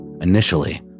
Initially